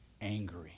angry